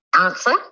answer